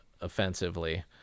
offensively